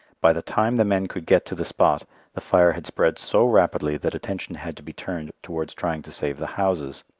by the time the men could get to the spot the fire had spread so rapidly that attention had to be turned towards trying to save the houses.